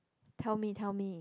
tell me tell me